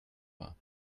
war